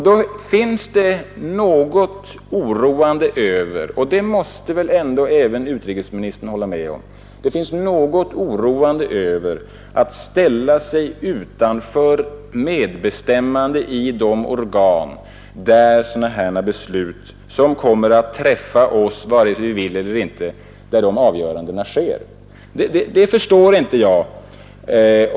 Det är då något oroande — detta måste väl ändå även utrikesministern hålla med om =— att vi ställer oss utanför medbestämmande i de organ där sådana beslut fattas som kommer att träffa oss vare sig vi vill eller inte.